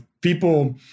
people